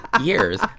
years